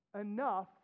enough